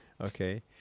okay